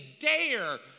dare